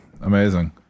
amazing